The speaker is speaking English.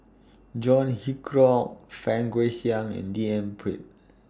John Hitchcock Fang Guixiang and D N Pritt